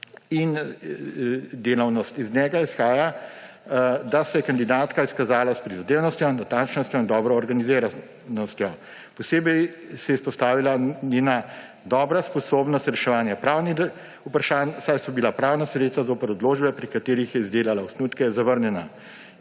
in delavnost. Iz njega izhaja, da se je kandidatka izkazala s prizadevnostjo in natančnostjo in dobro organiziranostjo. Posebej se je izpostavila njena dobra sposobnost reševanja pravnih vprašanj, saj so bila pravna sredstva zoper odločbe, pri katerih je izdelala osnutke, zavrnjena.